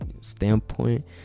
standpoint